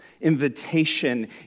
invitation